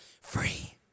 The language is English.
free